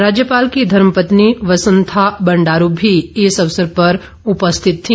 राज्यपाल की धर्म पत्नी वसंथा बंड़ारू भी इस अवसर पर उपस्थित थी